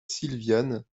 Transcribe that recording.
silviane